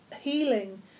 healing